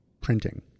printing